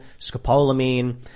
scopolamine